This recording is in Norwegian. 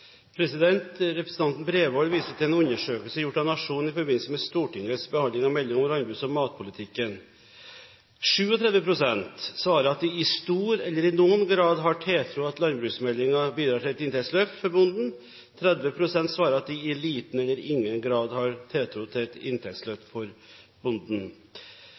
Representanten Bredvold viser til en undersøkelse gjort av Nationen i forbindelse med Stortingets behandling av melding om landbruks- og matpolitikken. 37 pst. svarer at de i stor eller noen grad har tiltro til at landbruksmeldingen bidrar til et inntektsløft for bonden. 30 pst. svarer at de i liten eller ingen grad har tiltro til et inntektsløft for bonden.